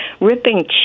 ripping